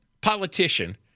politician